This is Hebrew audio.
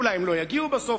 אולי הם לא יגיעו בסוף.